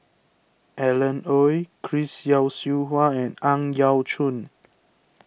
Alan Oei Chris Yeo Siew Hua and Ang Yau Choon